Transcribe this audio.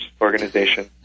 organization